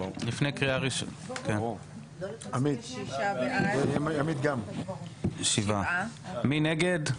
מי נגד,